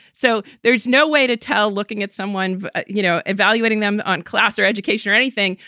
so there's no way to tell, looking at someone, you know, evaluating them on class or education or anything,